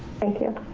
thank you.